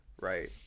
right